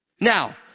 Now